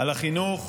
על החינוך.